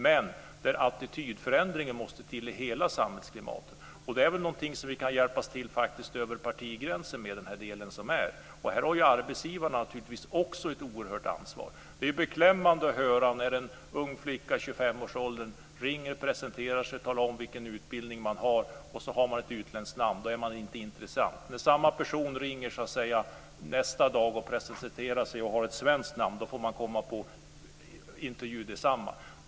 Det måste till en attitydförändring i hela samhället. Där kan vi kanske hjälpas åt över partigränserna. Här har arbetsgivarna naturligtvis också ett oerhört ansvar. Det är beklämmande att höra att en ung flicka i 25-årsåldern som ringer och presenterar sig och talar om vilken utbildning hon har, inte är intressant därför att hon har ett utländskt namn. Om samma person ringer nästa dag och presenterar sig med ett svenskt namn får hon komma på intervju meddetsamma.